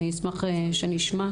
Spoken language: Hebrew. אני אשמח שנשמע.